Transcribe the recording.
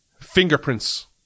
fingerprints